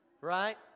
right